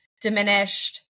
diminished